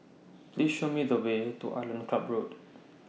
Please Show Me The Way to Island Club Road